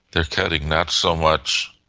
they are cutting not so much,